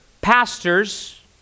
pastors